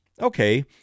Okay